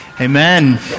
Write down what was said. Amen